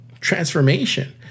transformation